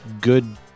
good